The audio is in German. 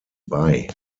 bei